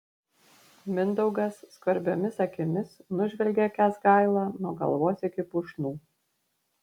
mindaugas skvarbiomis akimis nužvelgia kęsgailą nuo galvos iki pušnų